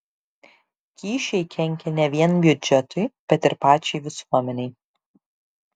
kyšiai kenkia ne vien biudžetui bet ir pačiai visuomenei